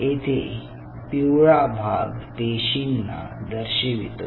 येथे पिवळा भाग पेशींना दर्शवितो